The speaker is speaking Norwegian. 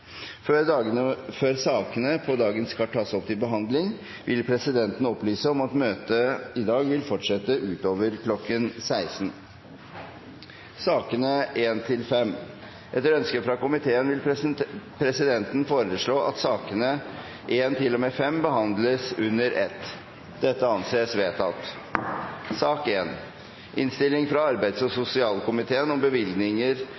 Før sakene på dagens kart tas opp til behandling, vil presidenten opplyse om at møtet i dag vil fortsette utover kl. 16. Etter ønske fra arbeids- og sosialkomiteen vil presidenten foreslå at sakene nr. 1–5 behandles under ett. – Dette anses vedtatt. Etter ønske fra arbeids- og